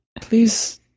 please